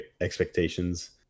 expectations